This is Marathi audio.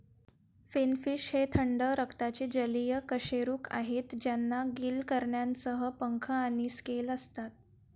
फिनफिश हे थंड रक्ताचे जलीय कशेरुक आहेत ज्यांना गिल किरणांसह पंख आणि स्केल असतात